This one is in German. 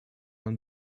man